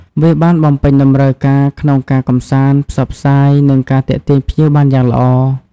វាបានបំពេញតម្រូវការក្នុងការកម្សាន្ត ផ្សព្វផ្សាយ និងការទាក់ទាញភ្ញៀវបានយ៉ាងល្អ។